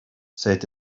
said